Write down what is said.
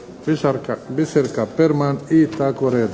Biserka Perman i tako redom.